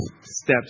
steps